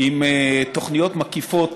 עם תוכניות מקיפות.